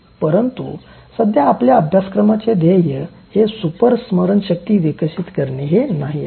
परंतु सध्या आपल्या अभ्यासक्रमाचे ध्येय हे सुपर स्मरणशक्ती विकसित करणे हे नाही